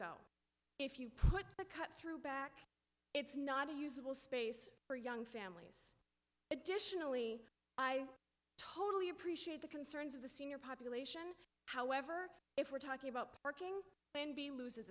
go if you put a cut through back it's not a usable space for young families additionally i totally appreciate the concerns of the senior population however if we're talking about parking then be loses